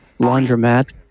laundromat